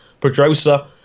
Pedrosa